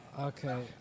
Okay